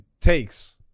takes